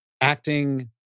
acting